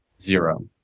zero